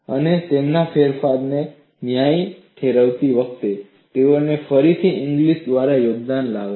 અને તેમના ફેરફારને ન્યાયી ઠેરવતી વખતે તેઓ ફરીથી ઇંગ્લિસ દ્વારા યોગદાન લાવે છે